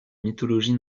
mythologie